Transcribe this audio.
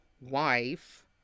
wife